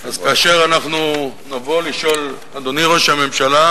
כאנלוגיה לאיזשהו דבר.